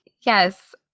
Yes